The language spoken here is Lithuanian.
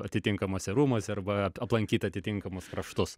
atitinkamuose rūmuose arba aplankyti atitinkamus kraštus